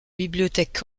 bibliothèque